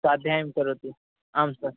स्वाध्यायं करोति आं सर्